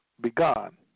begun